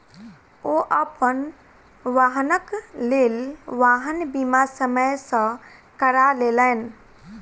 ओ अपन वाहनक लेल वाहन बीमा समय सॅ करा लेलैन